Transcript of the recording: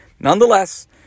Nonetheless